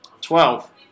Twelve